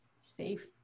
safe